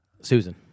Susan